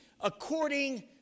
according